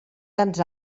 tants